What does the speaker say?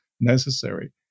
necessary